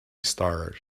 star